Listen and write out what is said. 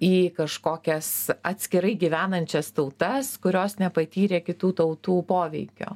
į kažkokias atskirai gyvenančias tautas kurios nepatyrė kitų tautų poveikio